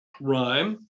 rhyme